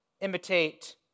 imitate